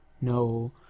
No